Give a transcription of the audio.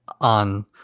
on